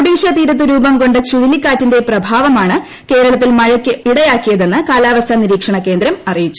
ഒഡീഷ തീരത്ത് രൂപംകൊണ്ട ചുഴലിക്കാറ്റിന്റെ പ്രഭാവമാണ് കേരളത്തിൽ മഴയ്ക്ക് ഇടയാക്കിയതെന്ന് കാലാവസ്ഥാ നിരീക്ഷണ കേന്ദ്രം അറിയിച്ചു